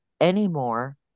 anymore